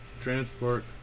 transport